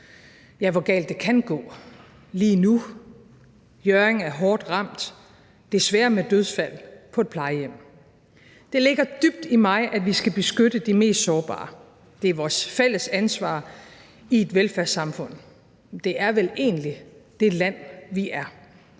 ja, hvor galt det kan gå. Hjørring er lige nu hårdt ramt, desværre med dødsfald på et plejehjem. Det ligger dybt i mig, at vi skal beskytte de mest sårbare; det er vores fælles ansvar i et velfærdssamfund, og det er vel egentlig det land, vi er.